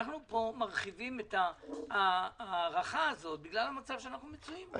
אנחנו פה מרחיבים את ההארכה הזאת בגלל המצב שאנחנו מצויים בו,